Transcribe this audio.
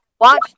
Watch